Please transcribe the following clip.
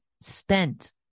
spent